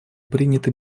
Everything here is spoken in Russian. приняты